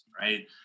right